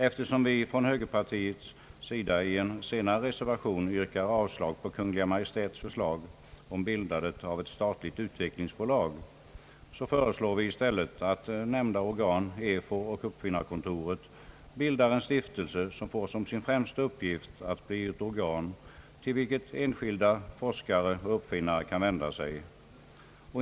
Eftersom vi från högerpartiet i en senare reservation yrkat avslag på Kungl. Maj:ts förslag om bildandet av ett statligt utvecklingsbolag, föreslår vi i stället att nämnda organ, EFOR och Uppfinnarkontoret, bildar en stiftelse som får som sin främsta uppgift att bli ett organ till vilket enskilda forskare och uppfinnare kan vända sig.